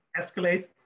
escalate